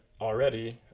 already